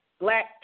Black